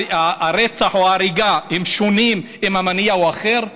הרצח או ההריגה הם שונים אם המניע הוא אחר?